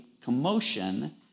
commotion